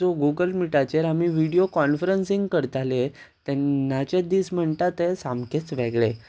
जो गुगल मिटाचेर आमी व्हिडियो कॉनफ्रन्सींग करताले तेन्नाचे दीस म्हणटा ते सामकेच वेगळे